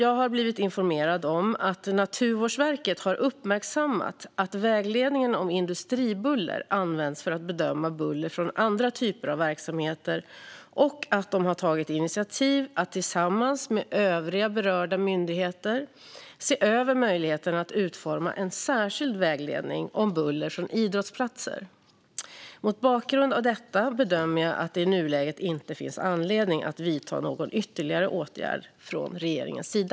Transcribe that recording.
Jag har blivit informerad om att Naturvårdsverket har uppmärksammat att vägledningen om industribuller används för att bedöma buller från andra typer av verksamheter och om att de tagit initiativ till att tillsammans med övriga berörda myndigheter se över möjligheten att utforma en särskild vägledning om buller från idrottsplatser. Mot bakgrund av detta bedömer jag att det i nuläget inte finns anledning att vidta någon ytterligare åtgärd från regeringens sida.